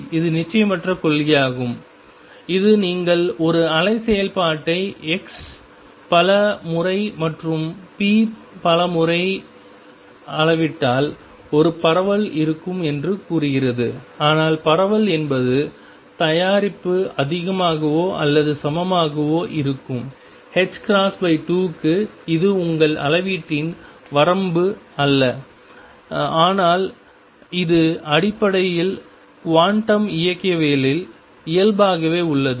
இது நிச்சயமற்ற கொள்கையாகும் இது நீங்கள் ஒரு அலை செயல்பாட்டை x பல முறை மற்றும் p பல முறை அளவிட்டால் ஒரு பரவல் இருக்கும் என்று கூறுகிறது ஆனால் பரவல் என்பது தயாரிப்பு அதிகமாகவோ அல்லது சமமாகவோ இருக்கும் 2 க்கு இது உங்கள் அளவீட்டின் வரம்பு அல்ல ஆனால் இது அடிப்படையில் குவாண்டம் இயக்கவியலில் இயல்பாகவே உள்ளது